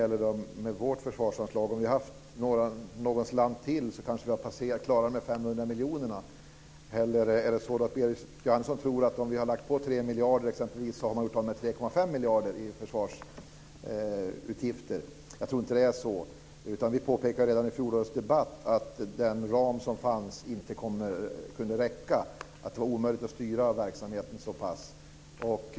När det gäller vårt försvarsanslag är det så att om vi hade haft någon slant till hade vi kanske klarat de där 500 miljonerna. Eller är det så att Berit Jóhannesson tror att om vi hade lagt till exempelvis 3 miljarder så hade man gjort av med 3,5 miljarder i försvarsutgifter? Jag tror inte att det är så. Vi påpekade redan i fjolårets debatt att den ram som fanns inte kunde räcka, att det var omöjligt att styra verksamheten så pass.